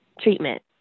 treatment